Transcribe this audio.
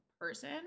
person